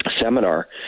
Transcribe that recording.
seminar